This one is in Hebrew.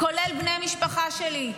כולל בני משפחה שלי,